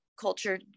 culture